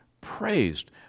praised